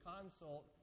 consult